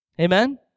Amen